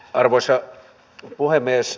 arvoisa puhemies